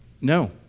no